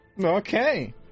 okay